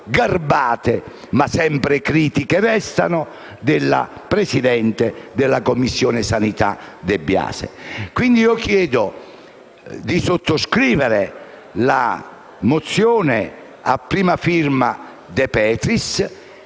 garbate - ma sempre critiche restano - della presidente della Commissione sanità De Biasi. Chiedo pertanto di sottoscrivere la mozione a prima firma della